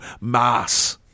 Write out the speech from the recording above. Mass